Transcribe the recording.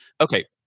okay